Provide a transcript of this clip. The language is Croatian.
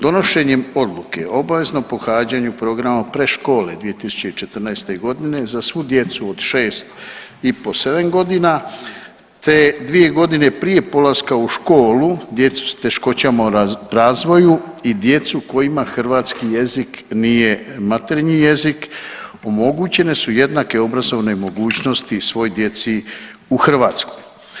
Donošenjem odluke o obaveznom pohađanju programa predškole 2014. g. za svu djecu od 6,5 i 7 godina te dvije godine prije polaska u školu, djecu s teškoćama u razvoju i djecu kojima hrvatski jezik nije materinji jezik omogućene su jednake obrazovne mogućnosti svoj djeci u Hrvatskoj.